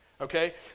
okay